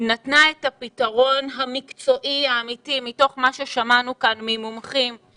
נתנה את הפתרון המקצועי האמיתי מתוך מה ששמענו כאן ממומחים,